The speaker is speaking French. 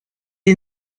est